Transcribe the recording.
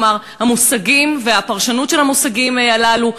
כלומר המושגים והפרשנות של המושגים הללו.